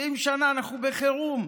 70 שנה אנחנו בחירום.